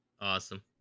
awesome